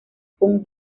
punk